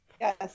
Yes